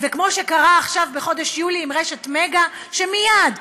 וכמו שקרה עכשיו בחודש יולי עם רשת "מגה" שמייד,